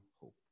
hope